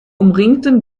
umringten